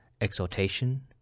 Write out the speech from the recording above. exhortation